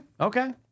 Okay